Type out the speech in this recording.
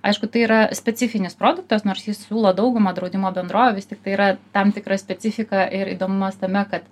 aišku tai yra specifinis produktas nors jį siūlo dauguma draudimo bendrovių vis tik tai yra tam tikra specifika ir įdomumas tame kad